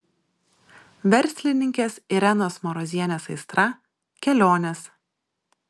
verslininkės irenos marozienės aistra kelionės